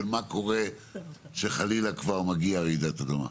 מה קורה כשחלילה כבר מגיעה רעידת אדמה.